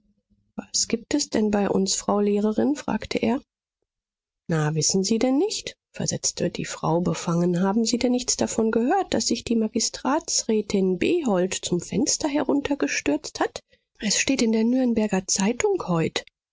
was gibt es denn bei uns frau lehrerin fragte er na wissen sie denn nicht versetzte die frau befangen haben sie denn nichts davon gehört daß sich die magistratsrätin behold zum fenster heruntergestürzt hat es steht in der nürnberger zeitung heut